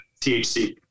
THC